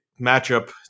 matchup